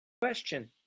question